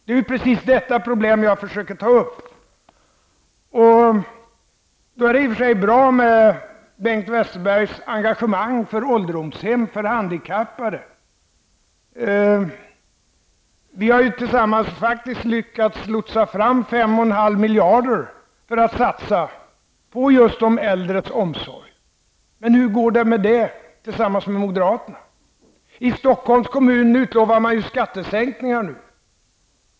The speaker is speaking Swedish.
Det är precis detta problem jag försöker ta upp. Det är i och för sig bra med Bengt Westerbergs engagemang för ålderdomshem och för handikappade. Vi har tillsammans faktiskt lyckats lyfta fram 5,5 miljarder för att satsa på de äldres omsorg. Men hur går det med det tillsammans med moderaterna? I Stockholms kommun utlovar man nu skattesänkningar.